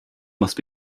must